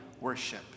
worship